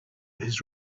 his